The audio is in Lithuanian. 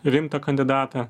rimtą kandidatą